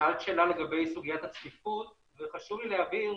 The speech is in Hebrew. שאלת לגבי סוגיית הצפיפות וחשוב לי להבהיר